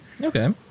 okay